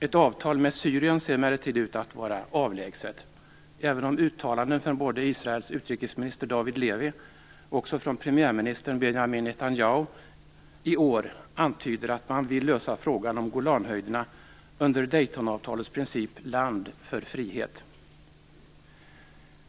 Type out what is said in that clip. Ett avtal med Syrien ser emellertid ut att vara avlägset, även om uttalanden från både Israels utrikesminister David Levy och premiärminister Benjamin Netanyahu i år antyder att man vill lösa frågan om Golanhöjderna under Daytonavtalets princip: land för frihet.